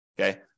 Okay